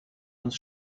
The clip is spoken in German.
uns